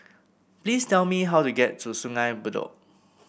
please tell me how to get to Sungei Bedok